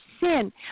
sin